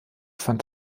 fand